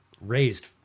raised